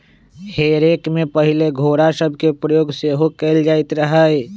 हे रेक में पहिले घोरा सभके प्रयोग सेहो कएल जाइत रहै